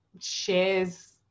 shares